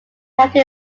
county